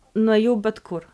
nuėjau bet kur